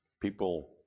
People